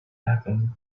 happen